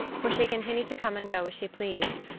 for she continued to come and go as she pleased,